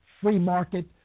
free-market